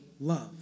love